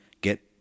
get